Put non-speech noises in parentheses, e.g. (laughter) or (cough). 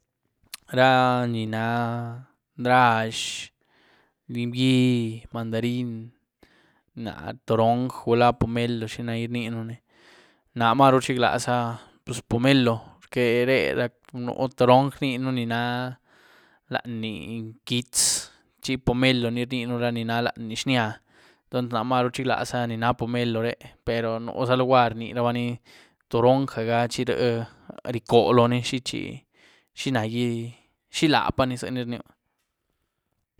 Ra ní náh (hesitation) nrazh, lim yi, mandarín, náh, torong´, gula poomeló, xinagí rnieënní, náh marú rchiglazá poz poomeló, por que ré lad nú torong rnieën ní náh laní nquíetz chi poomeló ni rnieën ra ni náh laní xía, entons náh marú rchiglaza ní náh poomeló ré pero núzá luguary rnierabaní toronja gá chi rié ricau lón xi chi, xi nagí, xilapaní zieni rnieën.